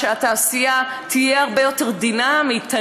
שהתעשייה תהיה הרבה יותר דינמית,